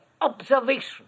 observation